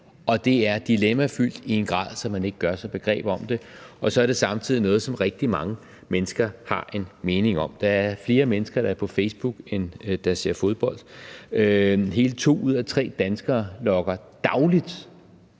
og det er dilemmafyldt i en grad, så man ikke gør sig begreb om det, og så er det samtidig noget, som rigtig mange mennesker har en mening om. Der er flere mennesker, der er på Facebook, end der ser fodbold. Hele to ud af tre danskere logger dagligt